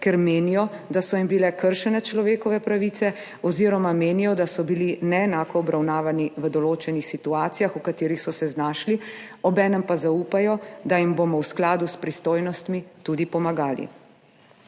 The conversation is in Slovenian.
ker menijo, da so jim bile kršene človekove pravice oziroma menijo, da so bili neenako obravnavani v določenih situacijah, v katerih so se znašli, obenem pa zaupajo, da jim bomo v skladu s pristojnostmi tudi pomagali.